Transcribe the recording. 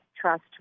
trust